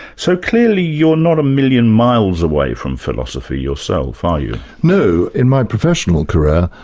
so clearly you're not a million miles away from philosophy yourself, are you? no. in my professional career,